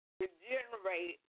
regenerate